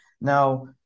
Now